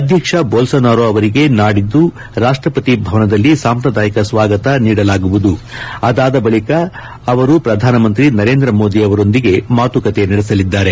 ಅಧ್ಯಕ್ಷ ಜೊಲ್ಲೋನಾರೋ ಅವರಿಗೆ ನಾಡಿದ್ದು ರಾಷ್ಟಪತಿ ಭವನದಲ್ಲಿ ಸಾಂಪ್ರದಾಯಿಕ ಸ್ವಾಗತ ನೀಡಲಾಗುವುದು ಅದಾದ ಬಳಿಕ ಪ್ರಧಾನಮಂತ್ರಿ ನರೇಂದ್ರ ಮೋದಿ ಅವರೊಂದಿಗೆ ಮಾತುಕತೆ ನಡೆಸಲಿದ್ದಾರೆ